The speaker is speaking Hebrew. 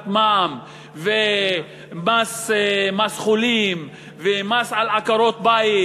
מע"מ ומס חולים ומס על עקרות-בית,